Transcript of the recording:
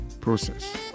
process